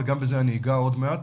וגם בזה אני אגע עוד מעט.